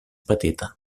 petita